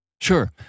Sure